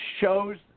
shows